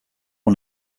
one